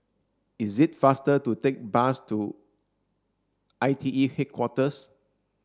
it is faster to take the bus to I T E Headquarters